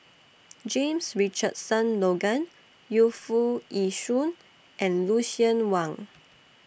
James Richardson Logan Yu Foo Yee Shoon and Lucien Wang